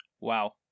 Wow